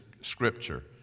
scripture